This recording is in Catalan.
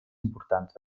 importants